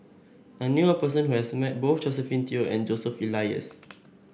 I knew a person who has met both Josephine Teo and Joseph Elias